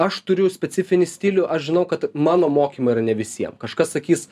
aš turiu specifinį stilių aš žinau kad mano mokymai yra ne visiem kažkas sakys